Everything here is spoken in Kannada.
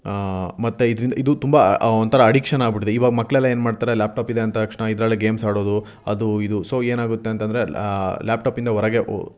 ಮತ್ತು ಇದ್ರಿಂದ ಇದು ತುಂಬ ಒಂಥರ ಅಡಿಕ್ಷನ್ ಆಗ್ಬಿಟ್ಟಿದೆ ಇವಾಗ ಮಕ್ಕಳೆಲ್ಲ ಏನು ಮಾಡ್ತಾರೆ ಲ್ಯಾಪ್ಟಾಪ್ ಇದೆ ಅಂದ ತಕ್ಷಣ ಇದರಲ್ಲೇ ಗೇಮ್ಸ್ ಆಡೋದು ಅದೂ ಇದೂ ಸೊ ಏನಾಗುತ್ತೆ ಅಂತಂದರೆ ಲ್ಯಾ ಲ್ಯಾಪ್ಟಾಪಿಂದ ಹೊರಗೆ